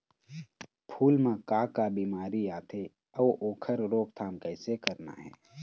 फूल म का का बिमारी आथे अउ ओखर रोकथाम कइसे करना हे?